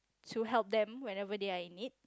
to help them whenever they are in need